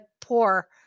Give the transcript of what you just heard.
poor